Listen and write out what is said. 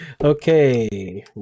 Okay